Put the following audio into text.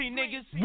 niggas